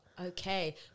Okay